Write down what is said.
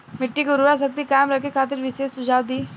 मिट्टी के उर्वरा शक्ति कायम रखे खातिर विशेष सुझाव दी?